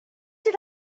did